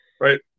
Right